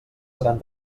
seran